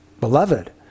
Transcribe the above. beloved